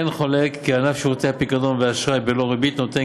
אין חולק כי ענף שירותי הפיקדון ואשראי בלא ריבית נותן